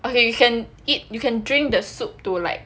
okay you can eat you can drink the soup to like